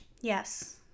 yes